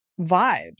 vibe